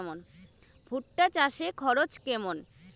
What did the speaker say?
ভুট্টা চাষে খরচ কেমন?